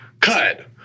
cut